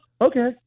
okay